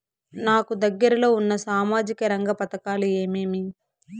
నాకు దగ్గర లో ఉన్న సామాజిక రంగ పథకాలు ఏమేమీ?